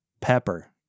pepper